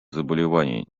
заболеваний